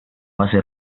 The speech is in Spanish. base